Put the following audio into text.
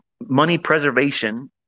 money-preservation